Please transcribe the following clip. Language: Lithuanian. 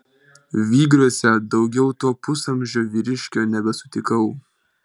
vygriuose daugiau to pusamžio vyriškio nebesutikau